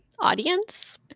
Audience